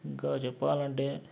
ఇంకా చెప్పాలంటే